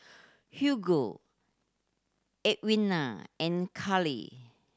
Hugo Edwina and Cali